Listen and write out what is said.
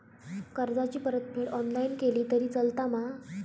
कर्जाची परतफेड ऑनलाइन केली तरी चलता मा?